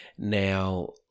now